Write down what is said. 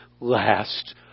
last